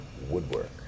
Woodwork